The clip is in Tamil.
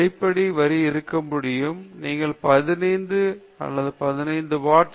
எனவே அடிப்படை வரி இருக்க முடியும் நீங்கள் ஒரு 15 அனைத்து ஒரு வாட் வைத்து அதிகபட்ச வெப்பநிலை என்ன கண்டுபிடிக்க